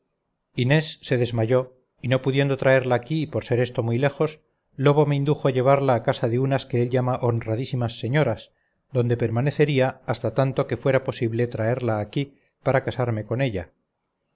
inés se desmayó y no pudiendo traerla aquí por ser esto muy lejos lobo me indujo a llevarla a casa de unas que él llamaba honradísimas señoras donde permanecería hasta tanto que fuera posible traerla aquí para casarme con ella